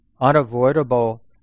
unavoidable